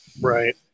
Right